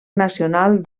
nacional